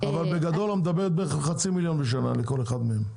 אבל בגדול את מדברת בערך על חצי מיליון בשנה לכל אחד מהם.